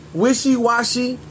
wishy-washy